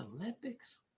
Olympics